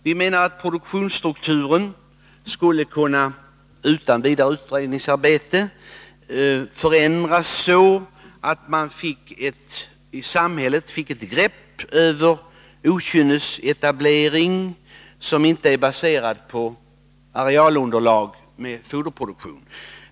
Vi menar att produktionsstrukturen utan ytterligare utredningsarbete skulle kunna förändras så att man i samhället fick ett grepp över okynnesetablering, som inte är baserad på arealunderlag med foderproduktion.